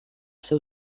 seu